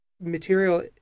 Material